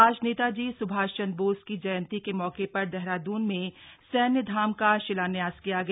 आज नेताजी स्भाष चंद्र बोस की जयंती के मौके शर देहराद्न में सैन्य धाम का शिलान्यास किया गया